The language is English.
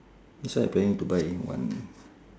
that's why I planning to buy a new one